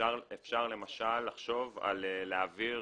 אפשר למשל לחשוב להעביר,